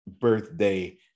birthday